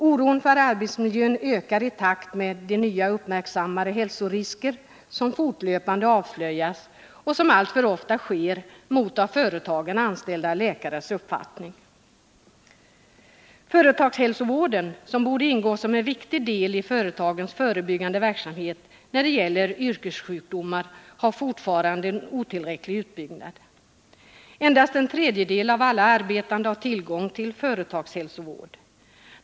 Oron när det gäller arbetsmiljön ökar i takt med att nya hälsorisker fortlöpande avslöjas, även om av företagen anställda läkare, som alltför ofta är fallet, har en motsatt uppfattning. Företagshälsovården, som borde ingå som ett viktigt led i företagens förebyggande verksamhet när det gäller yrkessjukdomar, är fortfarande otillräckligt utbyggd. Endast en tredjedel av alla arbetande har tillgång till företagshälsovård.